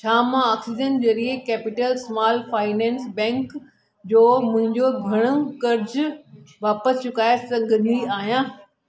छा मां ऑक्सीजन ज़रिए कैपिटल स्माल फाइनेंस बैंक जो मुंहिंजो घर कर्ज़ु वापसि चुकाए सघंदी आहियां